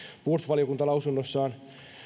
puolustusvaliokunta lausunnossaan